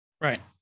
Right